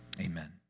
Amen